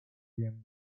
rim